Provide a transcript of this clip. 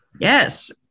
Yes